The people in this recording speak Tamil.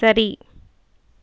சரி